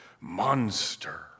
monster